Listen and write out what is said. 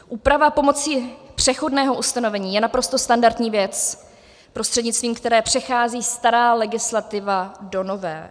Úprava pomocí přechodného ustanovení je naprosto standardní věc, prostřednictvím které přechází stará legislativa do nové.